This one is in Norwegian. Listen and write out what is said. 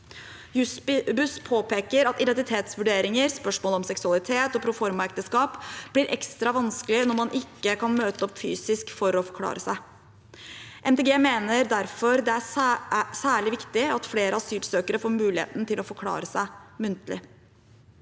Jussbuss påpeker at identitetsvurderinger og spørsmål om seksualitet og proformaekteskap blir ekstra vanskelig når man ikke kan møte opp fysisk for å forklare seg. Miljøpartiet De Grønne mener derfor det er særlig viktig at flere asylsøkere får muligheten til å forklare seg muntlig.